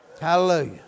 Hallelujah